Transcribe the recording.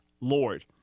Lord